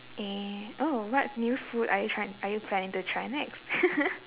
eh oh what new food are you tryi~ are you planning to try next